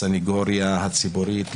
הסנגוריה הציבורית,